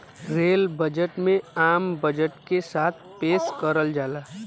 rail budget में आम budget के साथ पेश करल जाला